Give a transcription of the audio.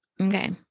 Okay